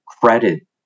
credit